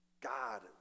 God